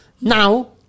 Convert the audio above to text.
Now